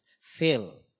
fail